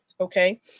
Okay